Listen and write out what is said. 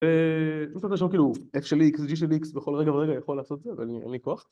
... פונקציות ... F של X, G של X בכל רגע ורגע יכול לעשות את זה, אבל אין לי כוח